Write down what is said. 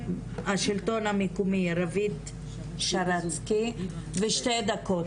במרכז השלטון המקומי, רוית שרצקי, שתי דקות